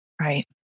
Right